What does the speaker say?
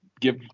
give